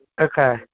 Okay